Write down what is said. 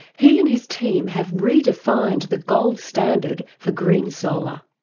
he and his team have redefined the gold standard for green solar.